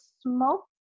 smoke